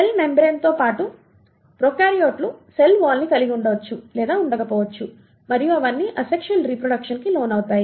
cell membrane తో పాటు ప్రొకార్యోట్లు సెల్ వాల్ ను కలిగి ఉండవచ్చు లేదా ఉండకపోవచ్చు మరియు అవన్నీ అసెక్షువల్ రీప్రొడెక్షన్ కి లోనవుతాయి